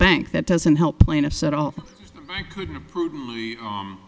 bank that doesn't help plaintiffs at all